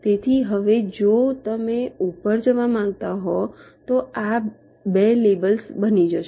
તેથી હવે જો તમે ઉપર જવા માંગતા હોવ તો આ 2 લેબલ્સ બની જશે